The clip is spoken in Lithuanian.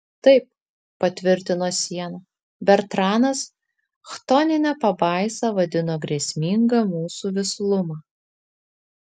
taip patvirtino siena bertranas chtonine pabaisa vadino grėsmingą mūsų vislumą